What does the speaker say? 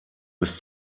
bis